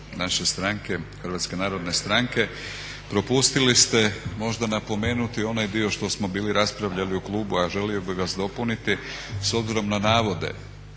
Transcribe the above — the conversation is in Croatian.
stav naše stranke, HNS-a, propustili ste možda napomenuti onaj dio što smo bili raspravljali u klubu a želio bih vas dopuniti s obzirom na navode